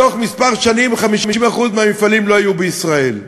בתוך כמה שנים 50% מהמפעלים לא יהיו בישראל.